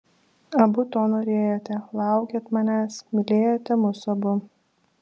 abu to norėjote laukėt manęs mylėjote mus abu